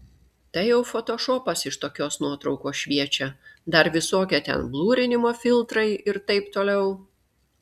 tai jau fotošopas iš tokios nuotraukos šviečia dar visokie ten blurinimo filtrai ir taip toliau